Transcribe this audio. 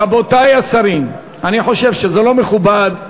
רבותי השרים, אני חושב שזה לא מכובד.